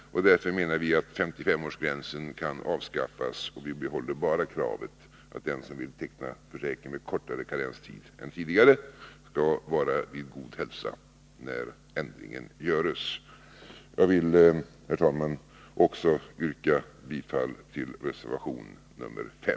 Därför menar vi att SS-årsgränsen kan avskaffas. Vi behåller bara kravet att den som vill teckna försäkring med kortare karenstid än tidigare skall vara vid god hälsa när ändringen görs. Herr talman! Jag yrkar bifall även till reservation nr 5.